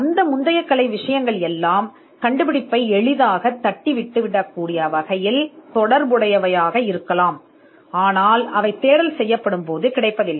அந்த முந்தைய கலைப் பொருட்கள் அனைத்தும் இன்னும் பொருத்தமாக இருக்கும் கண்டுபிடிப்பை எளிதில் தட்டிவிடலாம் ஆனால் ஒரு தேடல் செய்யப்படும்போது கிடைக்காது